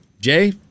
Jay